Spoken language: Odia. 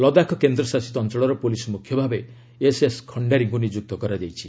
ଲଦାଖ କେନ୍ଦ୍ରଶାସିତ ଅଞ୍ଚଳର ପୁଲିସ ମୁଖ୍ୟ ଭାବେ ଏସ୍ଏସ୍ ଖଣ୍ଡାରୀଙ୍କୁ ନିଯୁକ୍ତ କରାଯାଇଛି